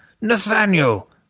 Nathaniel